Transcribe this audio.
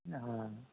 हँ